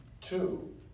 two